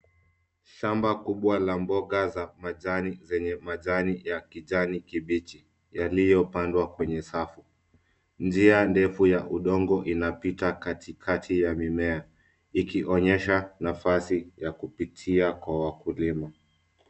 Shamba kubwa la mboga za majani zenye majani ya kijani kibichi yaliyopandwa kwenye safu. Njia ndefu ya udongo inapita katikati ya mimea ikionyesha nafasi ya kupitia kwa wakulima.